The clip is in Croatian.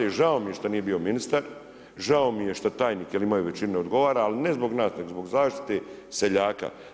I žao mi je što nije bio ministar, žao mi je što tajnik jer imaju većinu odgovara ali ne zbog nas, nego zbog zaštite seljaka.